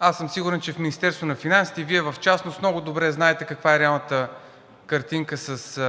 аз съм сигурен, че в Министерството на финансите и Вие в частност много добре знаете каква е реалната картинка със